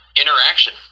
interaction